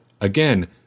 again